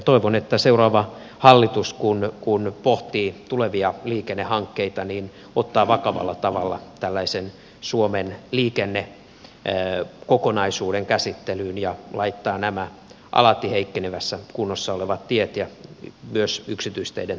toivon että seuraava hallitus kun pohtii tulevia liikennehankkeita niin ottaa vakavalla tavalla tällaisen suomen liikennekokonaisuuden käsittelyn ja laittaa nämä alati heikkenevässä kunnossa olevat tiet ja myös yksityisteiden tuet kuntoon